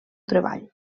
treball